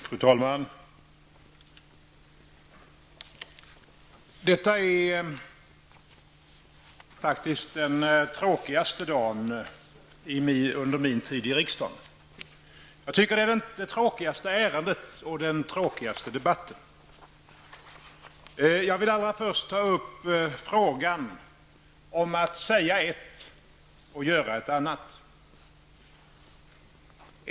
Fru talman! Detta är faktiskt den tråkigaste dagen under min tid i riksdagen. Jag tycker att det är det tråkigaste ärendet och den tråkigaste debatten. Jag vill allra först ta upp frågan om att säga ett, och göra ett annat.